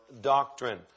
doctrine